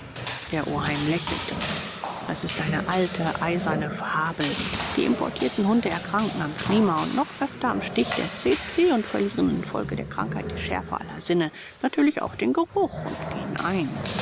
der oheim lächelte ist eine alte eiserne fabel die importierten hunde erkranken am klima und noch öfter am stich der tse tse und verlieren infolge der krankheit die schärfe aller sinne natürlich auch den geruch und gehen ein